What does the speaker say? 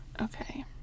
Okay